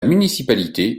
municipalité